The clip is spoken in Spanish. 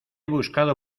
buscado